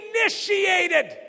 initiated